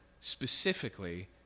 specifically